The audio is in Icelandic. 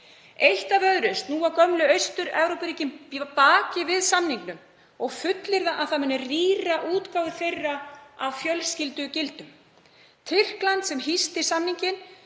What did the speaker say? Eitt af öðru snúa gömlu Austur-Evrópuríkin baki við samningnum og fullyrða að hann muni rýra útgáfu þeirra af fjölskyldugildum. Tyrkland, sem hýsti samninginn,